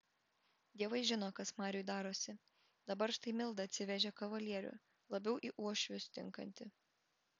dievai žino kas mariui darosi dabar štai milda atsivežė kavalierių labiau į uošvius tinkantį